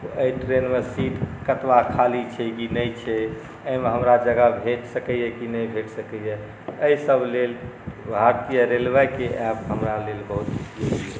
एहि ट्रेनमे सीट कतबा खाली छै कि नहि छै एहिमे हमरा जगह भेट सकैए कि नहि भेट सकैए एहिसभ लेल भारतीय रेलवेके ऐप हमरा लेल बहुत उपयोगी यए